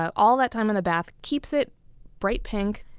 all that time in the bath keeps it bright pink,